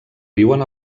viuen